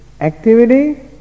activity